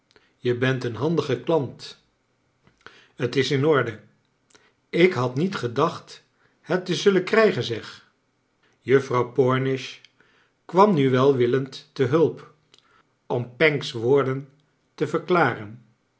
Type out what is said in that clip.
je bent een handige klant t is in orde ik had niet gedacht het te zullen krijgen zeg juffrouw plornish kwam nu welwillend te hulp om pancks woorden te verklaren